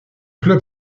club